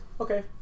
Okay